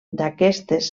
d’aquestes